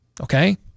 Okay